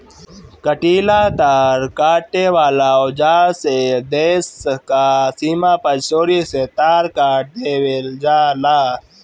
कंटीला तार काटे वाला औज़ार से देश स के सीमा पर चोरी से तार काट देवेल जाला